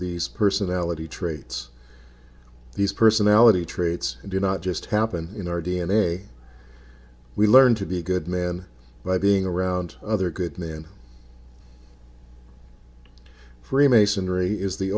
these personality traits these personality traits do not just happen in our d n a we learn to be good men by being around other good men freemasonry is the